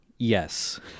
Yes